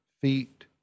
feet